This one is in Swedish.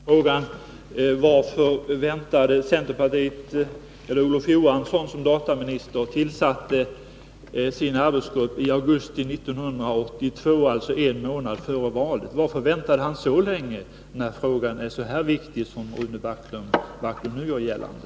Herr talman! Jag vill bara ställa en fråga. Olof Johansson som var dataminister tillsatte sin arbetsgrupp i augusti 1982, alltså en månad före valet. Varför väntade han så länge när frågan är så viktig som Rune Backlund nu gör gällande?